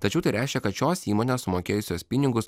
tačiau tai reiškia kad šios įmonės sumokėjusios pinigus